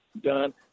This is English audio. done